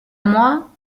moi